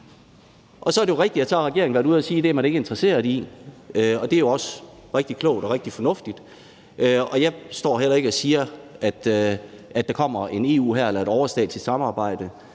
Så er det rigtigt, at regeringen har været ude at sige, at det er man ikke interesseret i, og det er jo også rigtig klogt og rigtig fornuftigt. Jeg står heller ikke og siger, at der kommer en EU-hær eller et overstatsligt samarbejde